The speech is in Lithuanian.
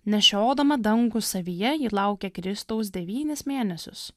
nešiodama dangų savyje ji laukia kristaus devynis mėnesius